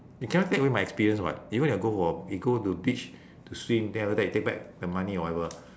you cannot take away my experience [what] even if I go for you go to beach to swim then after that you take back the money or whatever